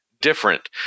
different